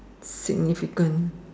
significant